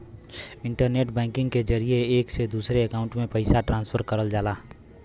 internet banking के जरिये एक से दूसरे अकांउट में पइसा ट्रांसफर करल जाला